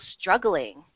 struggling